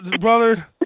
Brother